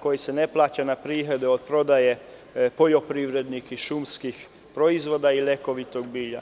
koji se ne plaćaju na prihode od prodaje poljoprivrednih i šumskih proizvoda i lekovitog bilja.